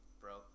bro